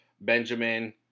Benjamin